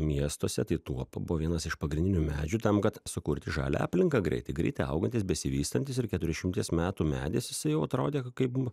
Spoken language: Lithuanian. miestuose tai tuopa buvo vienas iš pagrindinių medžių tam kad sukurti žalią aplinką greitai greitai augantis besivystantis ir keturiašimties metų medis jisai jau atrodė kaip